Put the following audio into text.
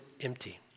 empty